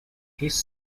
his